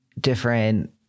different